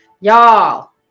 Y'all